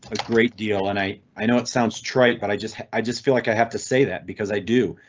a great deal and i i know it sounds trite, but i just i just feel like i have to say that because i do,